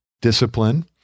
discipline